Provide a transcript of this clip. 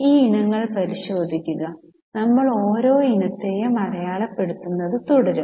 ഈ ഇനങ്ങൾ പരിശോധിക്കുക നമ്മൾ ഓരോ ഇനത്തെയും അടയാളപ്പെടുത്തുന്നത് തുടരും